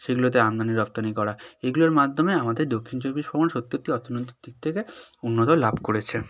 সেগুলোতে আমদানি রপ্তানি করা এগুলোর মাধ্যমে আমাদের দক্ষিণ চব্বিশ পরগনা সত্যি একটি অর্থনৈতিক দিক থেকে উন্নতি লাভ করেছে